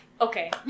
Okay